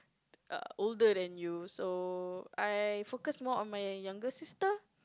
uh older than you so I focus more on my younger sister